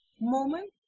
moment